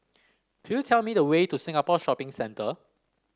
could you tell me the way to Singapore Shopping Centre